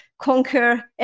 conquer